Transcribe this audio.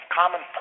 common